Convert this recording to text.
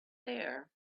there